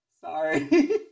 Sorry